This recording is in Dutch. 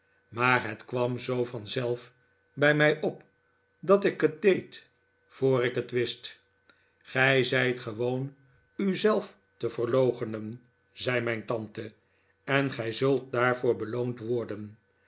maar het kwam zoo van zelf bij mij op dat ik het deed voor ik het wist gij zijt gewoon u zelf te verloochenen zei mijn tante en gij zult daarvoor beloond worden